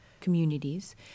communities